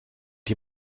die